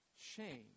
shame